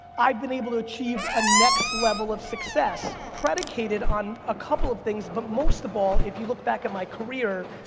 i've been able to achieve a next level of success, predicated on a couple of things, but most of all, if you look back at my career,